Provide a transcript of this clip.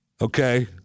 okay